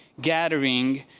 gathering